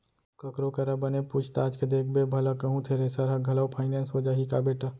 ककरो करा बने पूछ ताछ के देखबे भला कहूँ थेरेसर ह घलौ फाइनेंस हो जाही का बेटा?